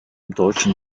deutschen